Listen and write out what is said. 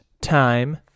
time